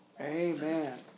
Amen